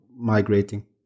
migrating